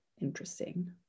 interesting